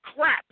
crap